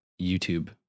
YouTube